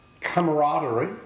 camaraderie